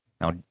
Now